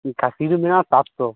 ᱠᱷᱟᱹᱥᱤ ᱫᱚ ᱢᱮᱱᱟᱜᱼᱟ ᱥᱟᱛ ᱥᱚ